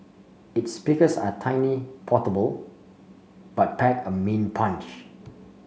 its speakers are tiny portable but pack a mean punch